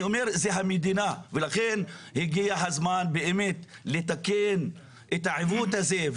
אומר זה המדינה ולכן הגיע הזמן באמת לתקן את העיוות הזה,